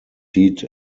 seat